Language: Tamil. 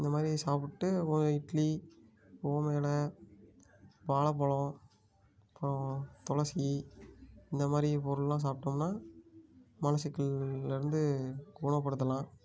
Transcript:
இந்தமாதிரி சாப்பிட்டு ஒரு இட்லி ஊம எலை வாழப்பழம் அப்புறம் துளசி இந்தமாதிரி பொருள்லாம் சாப்ட்டோம்னா மலச்சிக்கல்லேருந்து குணப்படுத்தலாம்